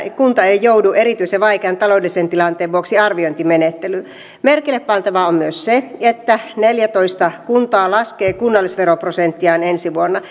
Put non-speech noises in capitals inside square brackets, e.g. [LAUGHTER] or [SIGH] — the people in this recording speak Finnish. kunta ei joudu erityisen vaikean taloudellisen tilanteen vuoksi arviointimenettelyyn merkille pantavaa on myös se että neljätoista kuntaa laskee kunnallisveroprosenttiaan ensi vuonna [UNINTELLIGIBLE]